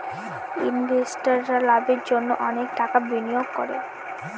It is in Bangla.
ইনভেস্টাররা লাভের জন্য অনেক টাকা বিনিয়োগ করে